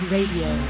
Radio